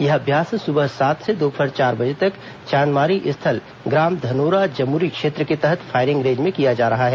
यह अभ्यास सुबह सात से दोपहर चार बजे तक चांदमारी स्थल ग्राम धनोरा जमुरी क्षेत्र के तहत फायरिंग रेंज में किया जा रहा है